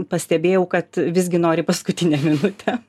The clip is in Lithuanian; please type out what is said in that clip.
pastebėjau kad visgi nori paskutinę minutę